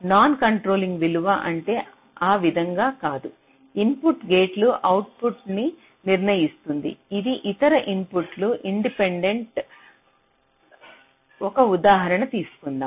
non controlling విలువ అంటే ఆ విధంగా కాదు ఇన్పుట్ గేట్ల అవుట్పుట్ను నిర్ణయిస్తుంది ఇది ఇతర ఇన్పుట్లకు ఇండిపెండెంట్ ఒక ఉదాహరణ తీసుకుందాం